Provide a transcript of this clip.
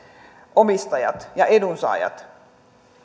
omistajat ja edunsaajat